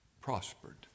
prospered